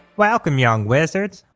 welcome, young wizards!